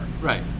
Right